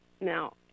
Now